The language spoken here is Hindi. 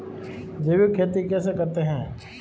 जैविक खेती कैसे करते हैं?